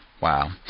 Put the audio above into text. wow